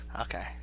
Okay